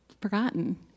forgotten